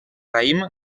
raïm